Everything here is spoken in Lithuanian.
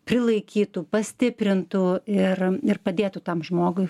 prilaikytų pastiprintų ir ir padėtų tam žmogui